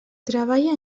treballa